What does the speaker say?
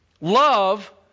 love